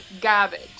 garbage